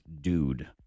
dude